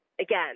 again